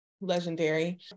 Legendary